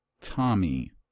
Tommy